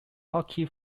hockey